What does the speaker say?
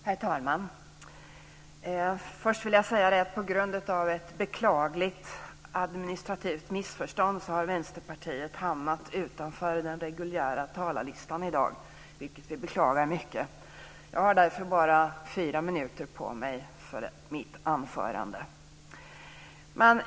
Herr talman! Först vill jag säga att på grund av ett beklagligt administrativt missförstånd har Vänsterpartiet hamnat utanför den reguljära talarlistan i dag, vilket vi beklagar mycket. Jag har därför bara fyra minuter på mig för mitt anförande.